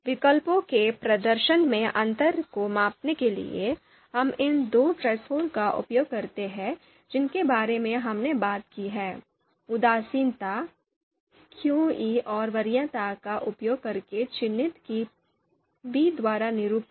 विकल्पों के प्रदर्शन में अंतर को मापने के लिए हम इन दो थ्रेसहोल्ड का उपयोग करते हैं जिनके बारे में हमने बात की है उदासीनता क्यूई और वरीयता का उपयोग करके चिह्नित पी द्वारा निरूपित